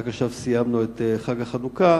רק עכשיו נסתיים חג החנוכה,